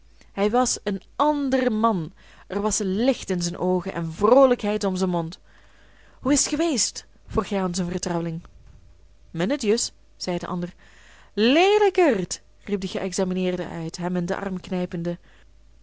hij was een ander man er was licht in zijn oogen en vroolijkheid om zijn mond hoe is t geweest vroeg hij aan zijn vertrouweling minnetjes zei de ander leelijkerd riep de geëxamineerde uit hem in den arm